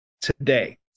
today